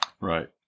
Right